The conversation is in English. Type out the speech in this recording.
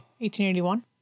1881